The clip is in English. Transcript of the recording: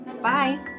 Bye